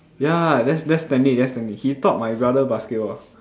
ya that's that's Stanley that's Stanley he taught my brother basketball